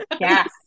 Yes